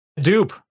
Dupe